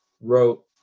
wrote